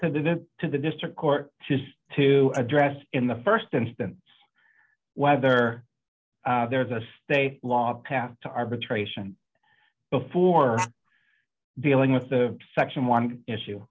to the to the district court to address in the st instance whether there is a state law passed to arbitration before dealing with the section one issue